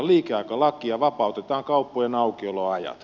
vapautetaan kauppojen aukioloajat